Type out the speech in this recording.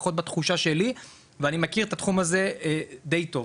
לפחות בתחושה שלי ואני מכיר את התחום הזה די טוב.